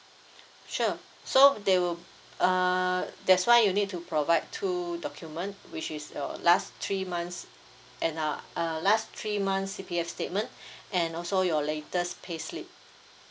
sure so they will uh that's why you need to provide two document which is your last three months and uh err last three months C_P_F statement and also your latest payslip